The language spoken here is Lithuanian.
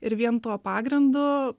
ir vien tuo pagrindu